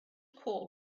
call